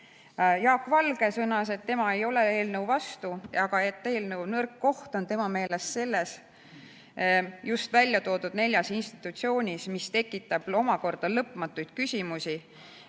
Jaak Valge sõnas, et tema ei ole eelnõu vastu, aga eelnõu nõrk koht on tema meelest just väljatoodud neljas institutsioonis, mis tekitab omakorda lõpmatult küsimusi.